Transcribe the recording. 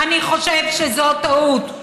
אני חושב שזאת טעות.